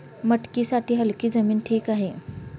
मटकीसाठी हलकी जमीन ठीक आहे